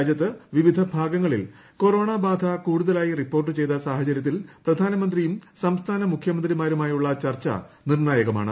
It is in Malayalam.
രാജൃത്ത് വിവിധ ഭാഗങ്ങളിൽ കോറോണ ബാധ കൂടുതലായി റിപ്പോർട്ട് ചെയ്ത സാഹചര്യത്തിൽ പ്രധാനമന്ത്രിയും സംസ്ഥാന് മുഖൃമന്ത്രിമാരുമായുള്ള ചർച്ച നിർണായകമാണ്